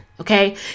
okay